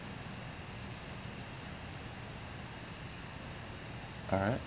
alright